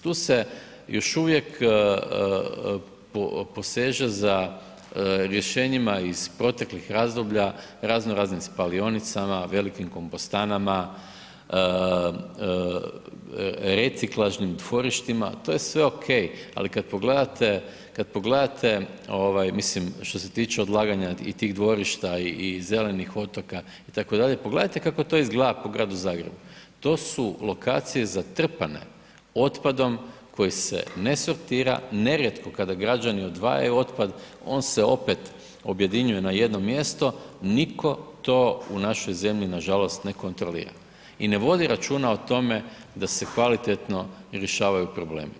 Tu se još uvijek poseže rješenjima iz proteklih razdoblja raznoraznim spalionicama, velikim kompostanama, reciklažnim dvorištima, to je sve ok ali kad pogledate mislim što se tiče odlaganja i tih dvorišta i zelenih otoka itd., pogledajte kako to izgleda po gradu Zagrebu, to su lokacije zatrpane otpadom koji se ne sortira, nerijetko kada građani odvajaju otpad, on se opet objedinjuje na jedno mjesto, nitko to u našoj zemlji nažalost ne kontrolira i ne vodi računa o tome da se kvalitetno rješavaju problemi.